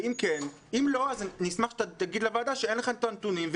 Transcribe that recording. אם לא, נשמח שתגיד לוועדה שאין לך את הנתונים.